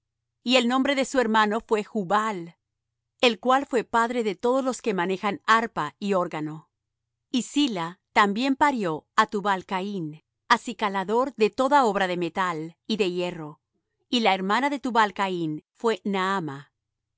y el nombre de su hermano fué jubal el cual fué padre de todos los que manejan arpa y órgano y zilla también parió á tubal caín acicalador de toda obra de metal y de hierro y la hermana de tubal caín fué naama